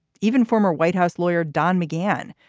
even former white house lawyer don mcgann,